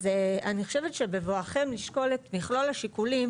אז אני חושבת שבבואכם לשקול את מכלול השיקולים